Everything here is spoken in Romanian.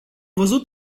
văzut